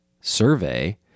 survey